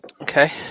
Okay